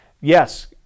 Yes